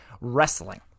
wrestling